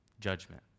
judgment